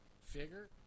Figure